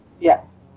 Yes